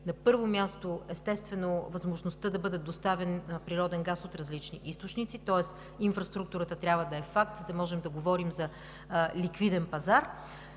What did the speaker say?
На първо място, възможността да бъде доставен природен газ от различни източници, тоест инфраструктурата трябва да е факт, за да можем да говорим за ликвиден пазар.